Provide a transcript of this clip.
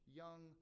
young